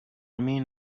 mean